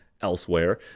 elsewhere